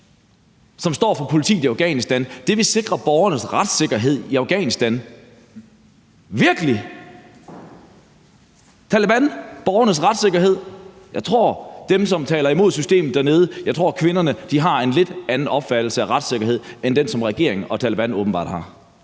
som står for politiet i Afghanistan, vil sikre borgernes retssikkerhed i Afghanistan. Virkelig? Taleban, borgernes retssikkerhed? Jeg tror, at dem, som taler imod systemet dernede, f.eks. kvinderne, har en lidt anden opfattelse af retssikkerhed end den, som regeringen og Taleban åbenbart har.